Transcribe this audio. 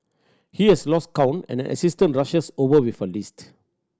he has lost count and an assistant rushes over with a list